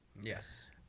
Yes